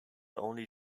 only